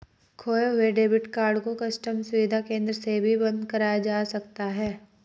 खोये हुए debit card को कस्टम सुविधा केंद्र से भी बंद कराया जा सकता है